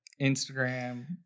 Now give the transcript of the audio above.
Instagram